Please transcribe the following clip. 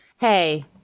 Hey